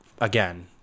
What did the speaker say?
again